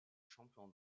champion